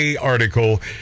article